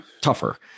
tougher